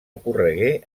ocorregué